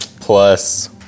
Plus